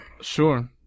Sure